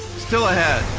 still ahead.